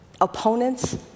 opponents